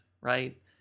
right